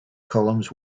columns